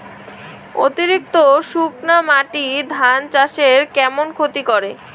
অতিরিক্ত শুকনা মাটি ধান চাষের কেমন ক্ষতি করে?